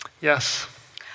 Yes